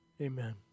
Amen